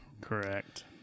Correct